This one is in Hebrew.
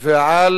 ועל